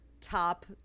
top